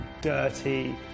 dirty